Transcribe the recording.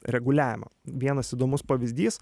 reguliavimo vienas įdomus pavyzdys